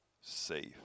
safe